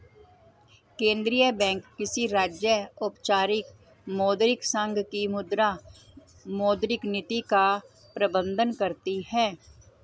केंद्रीय बैंक किसी राज्य, औपचारिक मौद्रिक संघ की मुद्रा, मौद्रिक नीति का प्रबन्धन करती है